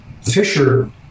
fisher